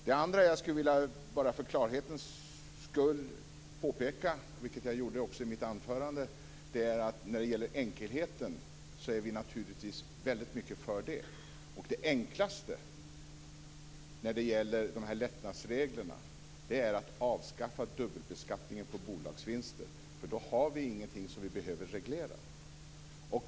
Det andra jag för klarhetens skull skulle vilja påpeka, vilket jag också gjorde i mitt anförande, är att vi naturligtvis är mycket för enkelhet. Det enklaste när det gäller lättnadsreglerna är att avskaffa dubbelbeskattningen på bolagsvinster, för då har vi ingenting som vi behöver reglera.